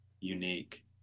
unique